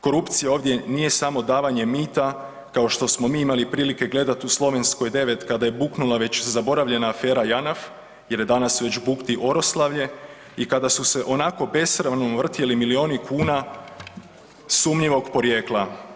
Korupcija ovdje nije samo davanje mita kao što smo mi imali prilike gledati u Slovenskoj 9 kada je buknula već zaboravljena afera Janaf, jer danas već bukti Oroslavlje i kada su se onako besramno vrtjeli milijuni kuna sumnjivog porijekla.